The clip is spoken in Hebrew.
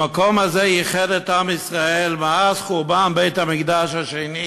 המקום הזה איחד את עם ישראל מאז חורבן בית-המקדש השני.